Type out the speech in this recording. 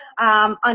on